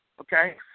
okay